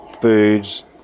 foods